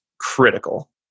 critical